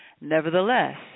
Nevertheless